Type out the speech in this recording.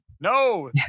No